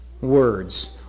words